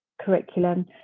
curriculum